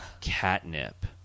catnip